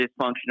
dysfunctional